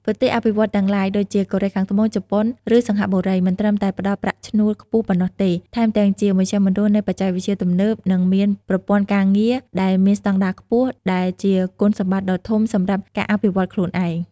ប្រទេសអភិវឌ្ឍន៍ទាំងឡាយ ដូចជាកូរ៉េខាងត្បូង ជប៉ុន ឬសិង្ហបុរី មិនត្រឹមតែផ្ដល់ប្រាក់ឈ្នួលខ្ពស់ប៉ុណ្ណោះទេ ថែមទាំងជាមជ្ឈមណ្ឌលនៃបច្ចេកវិទ្យាទំនើប និងមានប្រព័ន្ធការងារដែលមានស្តង់ដារខ្ពស់ ដែលជាគុណសម្បត្តិដ៏ធំសម្រាប់ការអភិវឌ្ឍខ្លួនឯង។